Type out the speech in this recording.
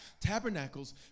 Tabernacles